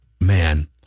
man